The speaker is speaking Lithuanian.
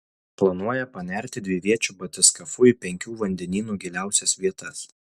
planuoja panerti dviviečiu batiskafu į penkių vandenynų giliausias vietas